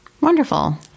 Wonderful